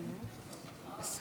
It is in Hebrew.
אדוני היושב-ראש,